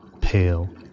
Pale